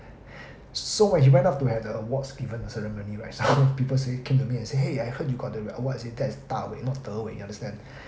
so when he went up to have the awards given uh ceremony right some people say came to me and say !hey! I heard you got the award I say that's da wei not de wei you understand